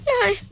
No